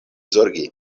zorgi